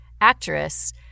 actress